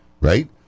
Right